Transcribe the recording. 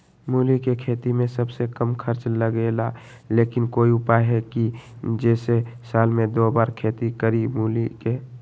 मूली के खेती में सबसे कम खर्च लगेला लेकिन कोई उपाय है कि जेसे साल में दो बार खेती करी मूली के?